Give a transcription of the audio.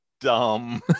dumb